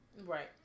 Right